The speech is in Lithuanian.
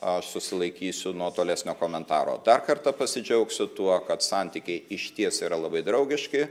aš susilaikysiu nuo tolesnio komentaro dar kartą pasidžiaugsiu tuo kad santykiai išties yra labai draugiški